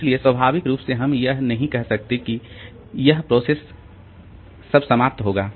इसलिए स्वाभाविक रूप से हम यह नहीं कह सकते की यह प्रोसेस सब समाप्त होगा